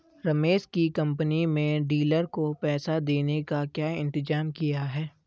रमेश की कंपनी में डीलर को पैसा देने का क्या इंतजाम किया है?